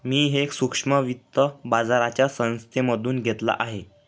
मी हे सूक्ष्म वित्त बाजाराच्या संस्थेमधून घेतलं आहे